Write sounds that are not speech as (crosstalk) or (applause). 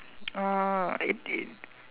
(noise) uh it it